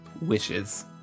wishes